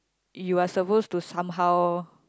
you are suppose to somehow